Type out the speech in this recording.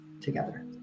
together